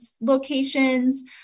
locations